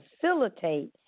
facilitate